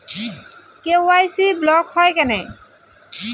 KYC block হয় কেনে?